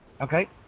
Okay